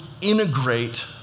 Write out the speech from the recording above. integrate